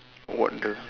what the